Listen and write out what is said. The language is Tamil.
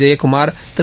ஜெயக்குமார் திரு